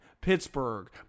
Pittsburgh